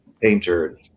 painter